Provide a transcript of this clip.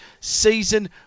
season